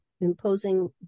imposing